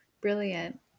brilliant